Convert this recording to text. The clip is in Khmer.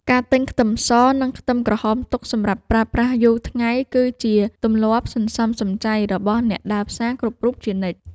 ការទិញខ្ទឹមស និងខ្ទឹមក្រហមទុកសម្រាប់ប្រើប្រាស់យូរថ្ងៃ គឺជាទម្លាប់សន្សំសំចៃរបស់អ្នកដើរផ្សារគ្រប់រូបជានិច្ច។